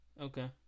Okay